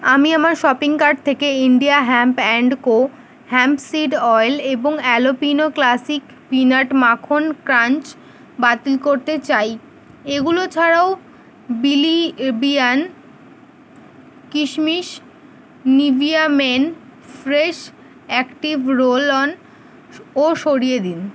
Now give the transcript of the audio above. আমি আমার shopping cart থেকে India hemp and co hemp seed oil এবং অ্যালোপিনো ক্লাসিক পিনাট মাখন ক্রাঞ্চ বাতিল করতে চাই এগুলো ছাড়াও বিলি বিয়ান কিশমিশ Nivea men fresh active roll on স ও সরিয়ে দিন